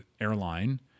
airline